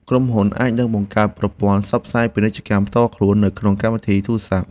ក្រុមហ៊ុនអាចនឹងបង្កើតប្រព័ន្ធផ្សព្វផ្សាយពាណិជ្ជកម្មផ្ទាល់ខ្លួននៅក្នុងកម្មវិធីទូរសព្ទ។